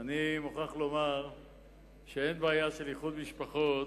אני מוכרח לומר שאין בעיה של איחוד משפחות,